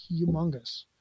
humongous